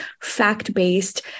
fact-based